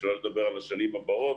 שלא לדבר על השנים הבאות